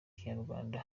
kinyarwanda